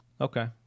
Okay